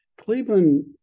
Cleveland